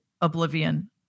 oblivion